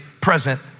present